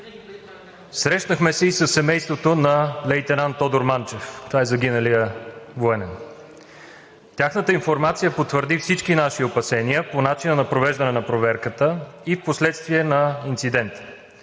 Срещнахме се и със семейството на лейтенант Тодор Манчев – това е загиналият военен. Тяхната информация потвърди всички наши опасения по начина на провеждане на проверката и впоследствие на инцидента.